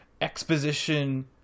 exposition